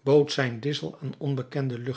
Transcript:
bood zijn dissel aan onbekende